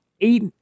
eight